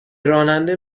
راننده